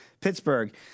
Pittsburgh